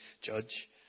judge